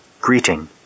Greeting